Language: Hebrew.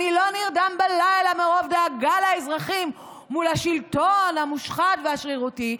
אני לא נרדם בלילה מרוב דאגה לאזרחים מול השלטון המושחת והשרירותי,